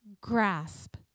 grasp